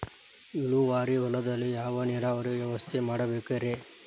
ಇಳುವಾರಿ ಹೊಲದಲ್ಲಿ ಯಾವ ನೇರಾವರಿ ವ್ಯವಸ್ಥೆ ಮಾಡಬೇಕ್ ರೇ?